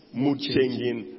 mood-changing